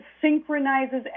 synchronizes